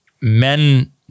men